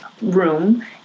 room